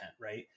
right